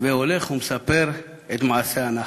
הולך ומספר את מעשה הנחש.